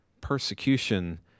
persecution